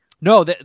No